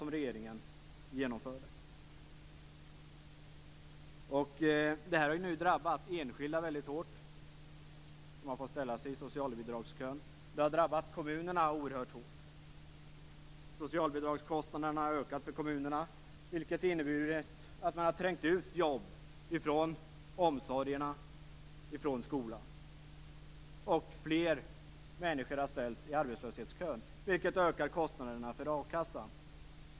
Det var något som regeringen genomförde. Detta har drabbat enskilda hårt. De har fått ställa sig i socialbidragskön. Det har drabbat kommunerna hårt. Kostnaderna för socialbidragen har ökat för kommunerna. Det har inneburit att jobb har trängts ut från omsorgen och skolan. Fler människor har ställts i arbetslöshetskön. Det ökar kostnaderna för a-kassan.